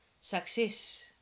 success